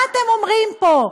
מה אתם אומרים פה?